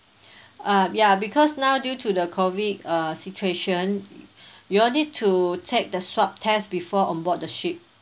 uh ya because now due to the COVID uh situation you all need to take the swab test before on board the ship